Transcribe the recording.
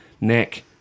neck